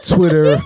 Twitter